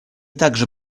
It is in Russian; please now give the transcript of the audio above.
также